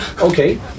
Okay